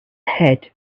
head